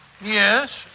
Yes